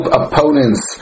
opponents